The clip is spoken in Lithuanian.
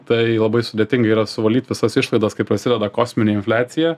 tai labai sudėtinga yra suvaldyt visas išlaidas kai prasideda kosminė infliacija